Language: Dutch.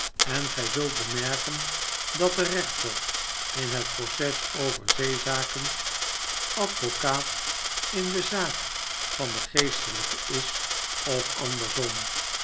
en gij zult bemerken dat de rechter in het proces over de zeezaken advocaat in de zaak van den geestelijke is of andersom